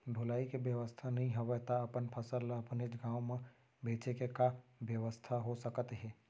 ढुलाई के बेवस्था नई हवय ता अपन फसल ला अपनेच गांव मा बेचे के का बेवस्था हो सकत हे?